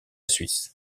suisse